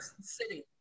city